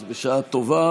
אז בשעה טובה.